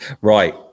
Right